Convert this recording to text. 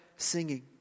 singing